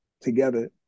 together